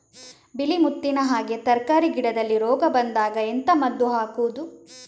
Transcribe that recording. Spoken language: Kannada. ಬಿಳಿ ಮುತ್ತಿನ ಹಾಗೆ ತರ್ಕಾರಿ ಗಿಡದಲ್ಲಿ ರೋಗ ಬಂದಾಗ ಎಂತ ಮದ್ದು ಹಾಕುವುದು?